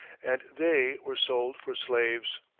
and they were sold for slaves.